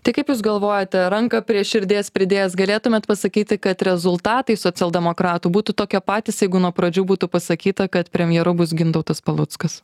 tai kaip jūs galvojate ranką prie širdies pridėjęs galėtumėt pasakyti kad rezultatai socialdemokratų būtų tokie patys jeigu nuo pradžių būtų pasakyta kad premjeru bus gintautas paluckas